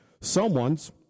someone's